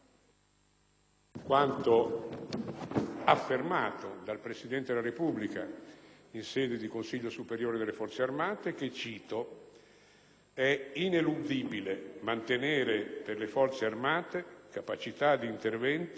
quanto affermato dal Presidente della Repubblica in sede di Consiglio superiore delle Forze armate: «È ineludibile mantenere per le Forze armate capacità di intervento